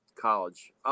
college